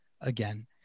again